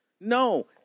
No